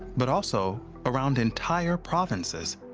but also around entire provinces,